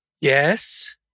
Yes